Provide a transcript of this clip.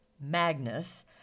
Magnus